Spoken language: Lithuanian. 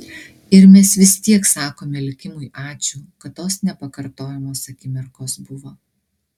ir mes vis tiek sakome likimui ačiū kad tos nepakartojamos akimirkos buvo